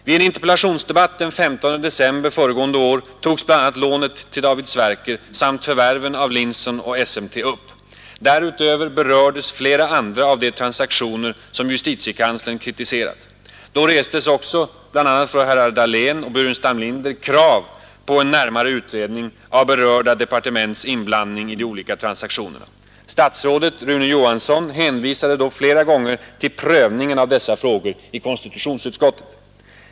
Vid en interpellationsdebatt den 15 december 1971 togs bl.a. lånet till David Sverker samt förvärven av Linson Instrument och SMT upp. Därutöver berördes flera andra av de transaktioner som justitiekanslern kritiserat. Då restes också från herrar Dahlén och Burenstam Linder krav på en närmare utredning av berörda departements inblandning i de olika transaktionerna. Statsrådet Rune Johansson hänvisade då flera gånger till prövningen av dessa frågor i konstitutionsutskottet.